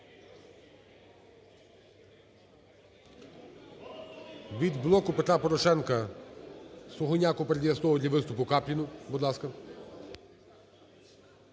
Від "Блоку Петра Порошенка" Сугуняко передає слово для виступу Капліну. Будь ласка.